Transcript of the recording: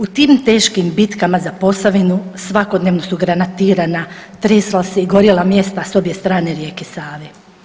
U tim teškim bitkama za Posavinu svakodnevno su granatirana, tresla se i gorjela mjesta s obje strane rijeke Save.